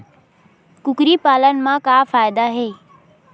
कुकरी पालन म का फ़ायदा हे?